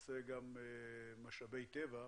ומשאבי טבע,